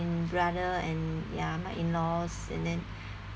and brother and ya my in-laws and then